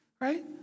Right